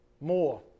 more